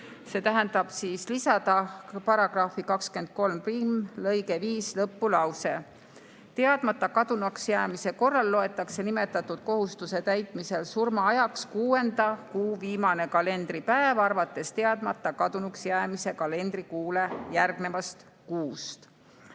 See tähendab, et võiks lisada § 231lõike 5 lõppu lause, et teadmata kadunuks jäämise korral loetakse nimetatud kohustuse täitmisel surmaajaks kuuenda kuu viimane kalendripäev arvates teadmata kadunuks jäämise kalendrikuule järgnevast kuust.